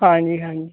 ਹਾਂਜੀ ਹਾਂਜੀ